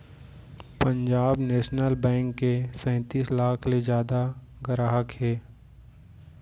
Punjab national bank के सैतीस लाख ले जादा गराहक हे